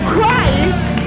Christ